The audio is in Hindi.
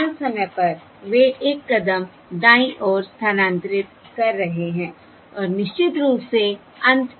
तत्काल समय पर वे एक कदम दाईं ओर स्थानांतरित कर रहे हैं और निश्चित रूप से अंत की ओर